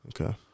Okay